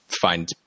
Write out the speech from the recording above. find